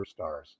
superstars